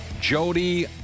Jody